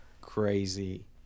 crazy